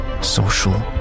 social